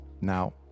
now